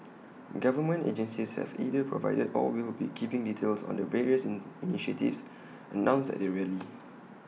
government agencies have either provided or will be giving details on the various initiatives announced at the rally